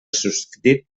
susdit